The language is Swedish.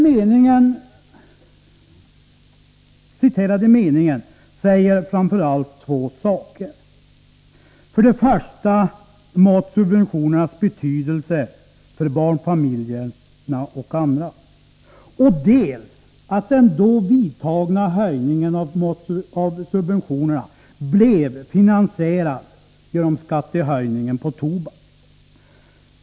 Den citerade meningen säger framför allt två saker, dels matsubventionernas betydelse för barnfamiljerna och andra, dels att den då vidtagna höjningen av subventionerna finansierades genom skattehöjningen på tobak.